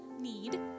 need